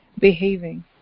behaving